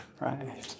Right